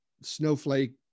Snowflake